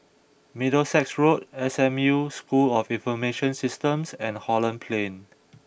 Middlesex Road S M U School of Information Systems and Holland Plain